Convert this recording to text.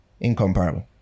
incomparable